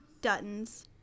Duttons